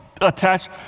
attached